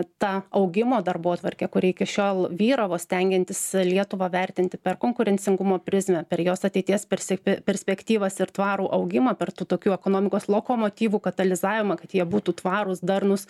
ta augimo darbotvarkė kuri iki šiol vyravo stengiantis lietuvą vertinti per konkurencingumo prizmę per jos ateities perse pe perspektyvas ir tvarų augimą per tų tokių ekonomikos lokomotyvų katalizavimą kad jie būtų tvarūs darnūs